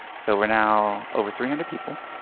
so we're now over three hundred people,